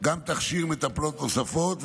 גם תכשיר מטפלות נוספות,